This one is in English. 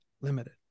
limited